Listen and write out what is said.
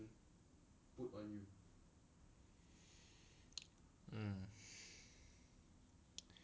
mm